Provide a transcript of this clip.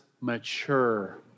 mature